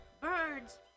birds